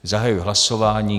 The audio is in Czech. Zahajuji hlasování.